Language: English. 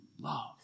love